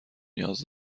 نیاز